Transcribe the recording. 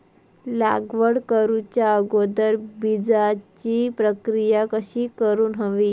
लागवड करूच्या अगोदर बिजाची प्रकिया कशी करून हवी?